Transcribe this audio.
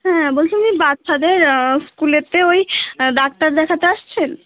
হ্যাঁ বলছিলাম যে বাচ্চাদের স্কুলেতে ওই ডাক্তার দেখাতে আসছেন